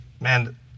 man